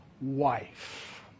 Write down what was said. wife